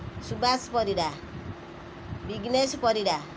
Subas Parida Bighnesh Parida